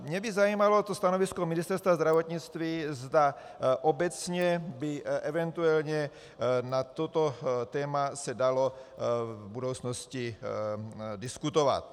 Mě by zajímalo to stanovisko Ministerstva zdravotnictví, zda obecně by eventuálně na toto téma se dalo v budoucnosti diskutovat.